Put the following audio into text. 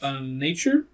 nature